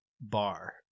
bar